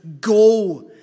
go